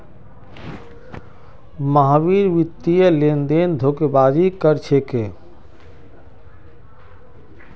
महावीर वित्तीय लेनदेनत धोखेबाजी कर छेक